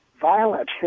Violent